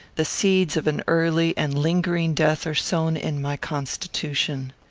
the seeds of an early and lingering death are sown in my constitution.